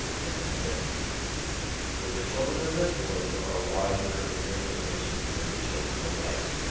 then he said for the children of this world are wiser in their generation than the children of light.